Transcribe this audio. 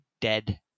dead